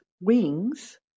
wings